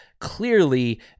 clearly